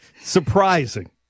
Surprising